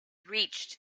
reached